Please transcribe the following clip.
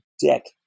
dick